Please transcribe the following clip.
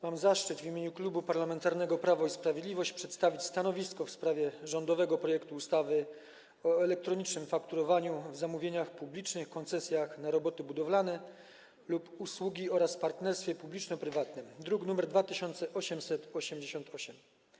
Mam zaszczyt w imieniu Klubu Parlamentarnego Prawo i Sprawiedliwość przedstawić stanowisko w sprawie rządowego projektu ustawy o elektronicznym fakturowaniu w zamówieniach publicznych, koncesjach na roboty budowlane lub usługi oraz partnerstwie publiczno-prywatnym, druk nr 2888.